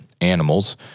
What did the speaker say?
animals